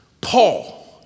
Paul